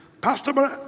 Pastor